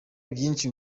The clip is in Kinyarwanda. byinshi